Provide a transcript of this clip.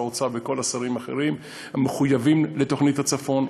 שר האוצר וכל השרים האחרים מחויבים לתוכנית הצפון.